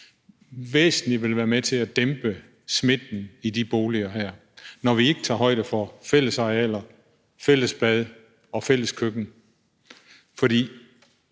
være med til væsentligt at dæmpe smitten i de boliger her, når vi ikke tager højde for fællesarealer, fællesbad og fælleskøkken? For